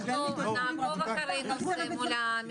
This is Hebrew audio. אנחנו נעקוב אחרי נושא מול אנשי משרד האוצר.